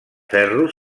ferro